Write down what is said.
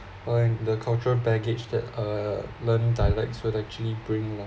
I am the cultural baggage that uh learn dialects would actually bring la~